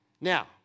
Now